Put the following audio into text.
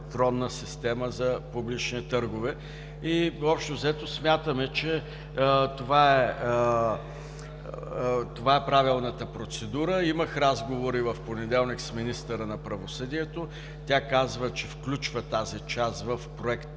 електронна система за публични търгове. И, общо взето, смятаме, че това е правилната процедура. Имах разговори в понеделник с министъра на правосъдието. Тя казва, че включва тази част в Проект